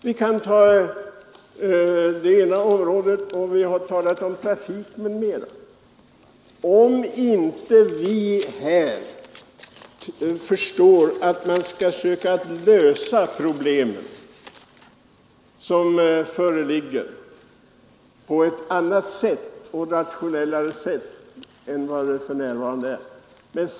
Vi har tagit ett område och talat om trafik m.m. Om vi inte försöker lösa de problem som föreligger på ett rationellare sätt, går det inte.